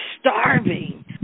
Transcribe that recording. starving